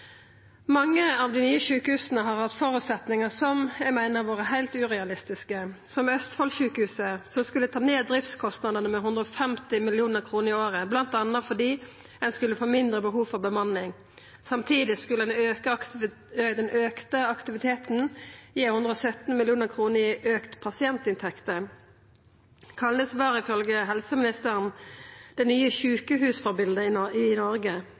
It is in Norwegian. Mange av dei nye sjukehusa har hatt føresetnader som eg meiner har vore heilt urealistiske, som Sjukehuset Østfold, som skulle ta ned driftskostnadene med 150 mill. kr i året, bl.a. fordi ein skulle få mindre behov for bemanning. Samtidig skulle den auka aktiviteten gi 117 mill. kr i auka pasientinntekter. Kalnes var ifølgje helseministeren det nye sjukehusforbildet i Noreg.